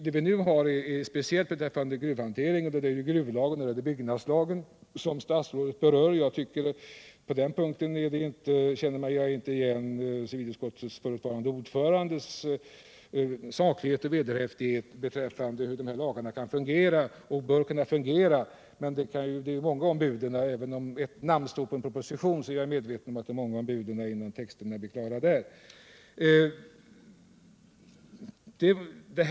De lagar beträffande gruvhanteringen som statsrådet berör är gruvlagen och byggnadslagen. Jag känner inte riktigt igen civilutskottets förutvarande ordförandes saklighet och vederhäftighet när hon nu talar om hur dessa lagar bör kunna fungera. Men det är många om buden —- även om ett namn står under en proposition är jag medveten om att det är många som har varit med om att bestämma innehållet.